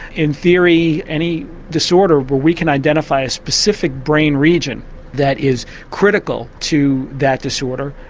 in theory any disorder where we can identify a specific brain region that is critical to that disorder,